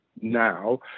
now